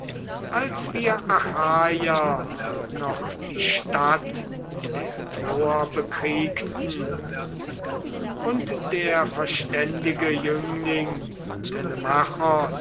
als wir achaier noch die stadt der troer bekriegten und der verständige jüngling